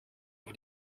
auf